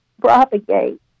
propagate